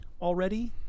already